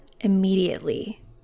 immediately